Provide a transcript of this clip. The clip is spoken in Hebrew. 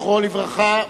זכרו לברכה.